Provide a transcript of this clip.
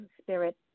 spirit